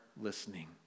listening